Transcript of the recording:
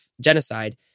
genocide